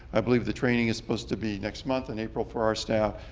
i believe the training is supposed to be next month, in april for our staff,